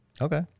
Okay